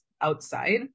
outside